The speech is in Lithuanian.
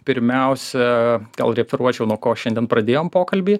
pirmiausia gal referuočiau nuo ko šiandien pradėjom pokalbį